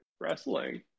wrestling